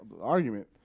argument